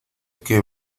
que